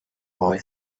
boy